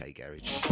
garage